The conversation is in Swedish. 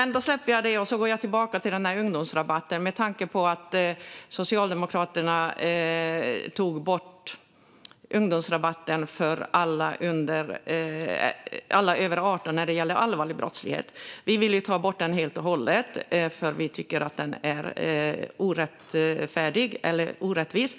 Jag släpper det och går tillbaka till ungdomsrabatten, med tanke på att Socialdemokraterna tog bort ungdomsrabatten för alla över 18 när det gäller allvarlig brottslighet. Vi vill ta bort den helt och hållet, för vi tycker att den är orättfärdig eller orättvis.